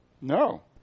No